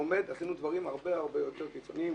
עשינו דברים הרבה הרבה יותר קיצוניים.